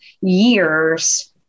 years